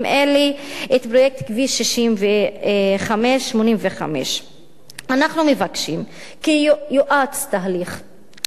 את פרויקט כביש 65 85. אנחנו מבקשים כי יואץ תהליך התכנון,